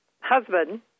husband